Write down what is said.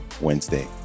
Wednesday